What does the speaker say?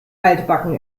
altbacken